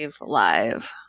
Live